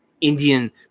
Indian